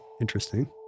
Interesting